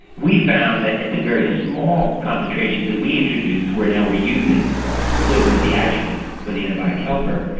we found that at the very small concentrations that we introduced where now we are using silver as the ah adjuvant or the antibiotic helper,